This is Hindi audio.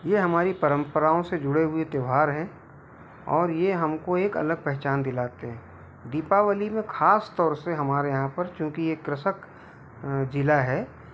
ये हमारी परम्पराओं से जुड़े हुए त्यौहार हैं और ये हम को एक अलग पहचान दिलाते हैं दीपावली में ख़ास तौर से हमारे यहाँ पर क्योंकि एक कृषक ज़िला है